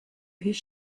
his